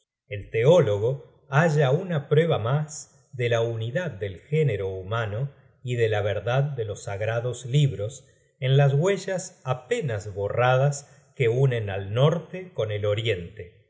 el teólogo halla una prueba mas de la unidad del género humano y de la verdad de los sagrados libros en las huellas apenas borradas que unen al norte con el oriente